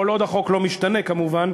כל עוד החוק לא משתנה כמובן,